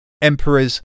emperors